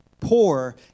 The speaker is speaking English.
poor